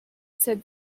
said